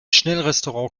schnellrestaurant